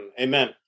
Amen